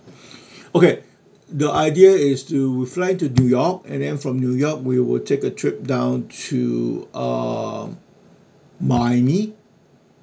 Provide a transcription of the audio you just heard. okay the idea is to fly to new york and then from new york we would take a trip down to uh miami